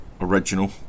original